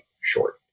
short